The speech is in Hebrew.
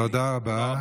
תודה רבה.